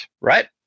right